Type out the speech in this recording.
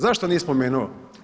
Zašto nije spomenuo?